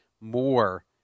more